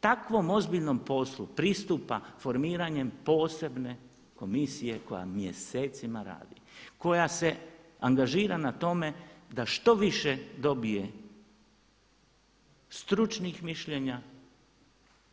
Takvom ozbiljnom poslu pristupa formiranjem posebne komisije koja mjesecima radi, koja se angažira na tome da što više dobije stručnih mišljenja